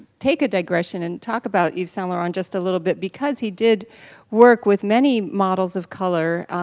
take a digression and talk about yves saint laurent just a little bit because he did work with many models of color,